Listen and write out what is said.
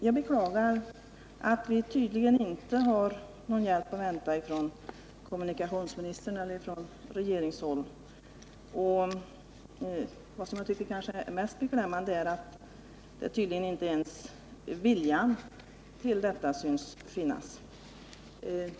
Jag beklagar att vi tydligen inte har någon hjälp att vänta från kommunikationsministern eller från regeringshåll över huvud taget. Vad jag tycker är kanske mest beklämmande är att inte ens viljan tycks finnas.